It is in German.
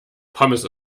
pommes